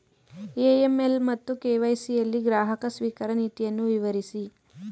AML ಮತ್ತು KYC ಯಲ್ಲಿ ಗ್ರಾಹಕ ಸ್ವೀಕಾರ ನೀತಿಯನ್ನು ವಿವರಿಸಿ?